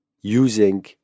using